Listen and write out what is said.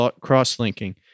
cross-linking